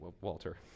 Walter